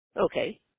Okay